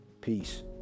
Peace